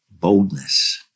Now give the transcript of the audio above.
boldness